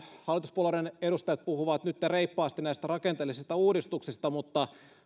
hallituspuolueiden edustajat puhuvat nytten reippaasti näistä rakenteellisista uudistuksista mutta